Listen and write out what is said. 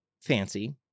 fancy